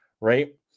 right